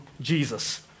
Jesus